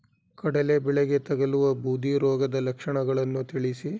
ಕಡಲೆ ಬೆಳೆಗೆ ತಗಲುವ ಬೂದಿ ರೋಗದ ಲಕ್ಷಣಗಳನ್ನು ತಿಳಿಸಿ?